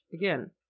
Again